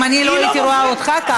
אם אני לא הייתי רואה אותך ככה,